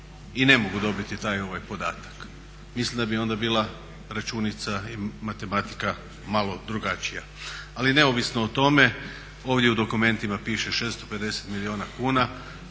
i ne mogu dobiti taj podatak. Mislim da bi onda bila računica i matematika malo drugačija. Ali neovisno o tome ovdje u dokumentima piše 650 milijuna kuna.